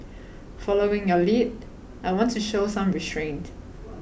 following your lead I want to show some restraint